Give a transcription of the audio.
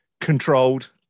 controlled